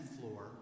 floor